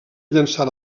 llençar